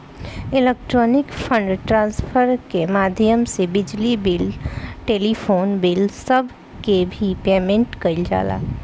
electronic fund transfer के माध्यम से बिजली बिल टेलीफोन बिल सब के भी पेमेंट कईल जाला